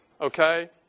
okay